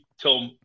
till